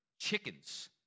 chickens